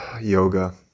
Yoga